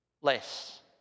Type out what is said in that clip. less